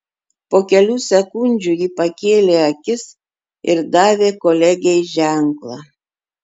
po kelių sekundžių ji pakėlė akis ir davė kolegei ženklą